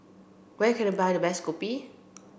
where can I buy the best Kopi